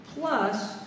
plus